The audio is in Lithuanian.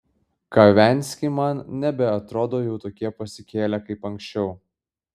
kavenski man nebeatrodo jau tokie pasikėlę kaip anksčiau